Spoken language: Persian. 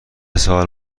سال